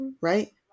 right